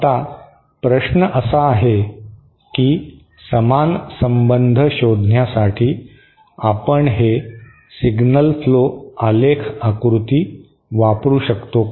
आता प्रश्न असा आहे की समान संबंध शोधण्यासाठी आपण हे सिग्नल फ्लो आलेख आकृती वापरु शकतो का